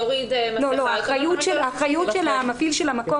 אוריד מסכה --- האחריות של המפעיל של המקום